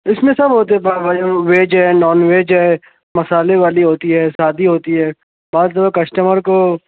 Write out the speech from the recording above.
اِس میں سب ہوتے ہیں پاؤ بھاجی میں ویج ہے ناج ویج ہے مسالے والی ہوتی ہے سادی ہوتی ہے بعض دفعہ کسٹمرکو